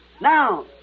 Now